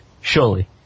Surely